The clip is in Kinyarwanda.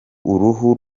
uruhu